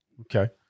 Okay